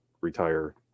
retire